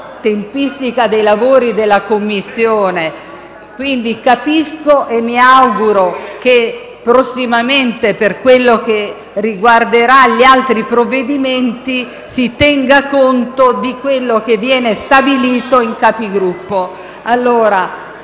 tempistica dei lavori della Commissione. Capisco e mi auguro che prossimamente, per quanto riguarderà gli altri provvedimenti, si tenga conto di quanto viene stabilito in Conferenza